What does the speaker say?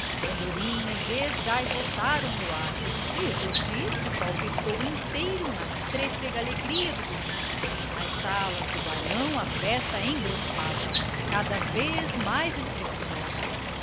andorinhas esgaivotaram no ar e o cortiço palpitou inteiro na trêfega alegria do domingo nas salas do barão a festa engrossava cada vez mais estrepitosa